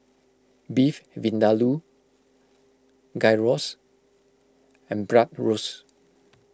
Beef Vindaloo Gyros and Bratwurst